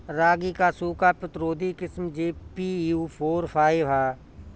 रागी क सूखा प्रतिरोधी किस्म जी.पी.यू फोर फाइव ह?